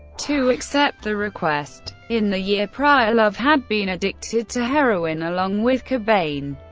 to accept the request. in the year prior, love had been addicted to heroin along with cobain,